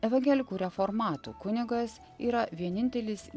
evangelikų reformatų kunigas yra vienintelis